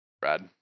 Brad